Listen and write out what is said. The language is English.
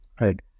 right